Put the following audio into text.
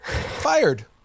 fired